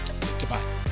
Goodbye